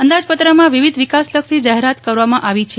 અંદાજપત્રમાં વિવિધ વિકાસલક્ષી જાહેરાત કરવામાં આવી છે